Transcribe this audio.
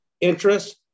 interest